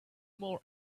more